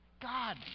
God